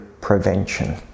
prevention